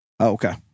Okay